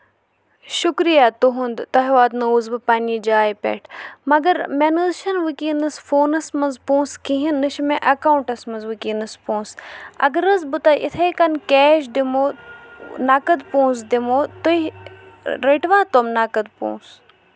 شُکرِیا تُہُند تۄہہِ واتنووُس بہٕ پَنٕنہِ جایہِ پٮ۪ٹھ مَگر مےٚ نہ حظ چھُ نہٕ وٕنکینس فونَس منٛز پوٛنسہٕ کِہینۍ نہ چھُ مےٚ اٮ۪کاونٹَس منٛز وٕنکینس پوٛنسہٕ اَگر حظ بہٕ تۄہہِ یِتھے کَنۍ کیش دِمو نَقد پوٛنسہٕ دِمو تُہۍ رٔٹوا تِم نَقٕد پوٛنسہٕ